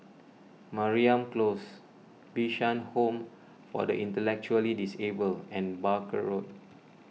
Mariam Close Bishan Home for the Intellectually Disabled and Barker Road